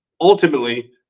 ultimately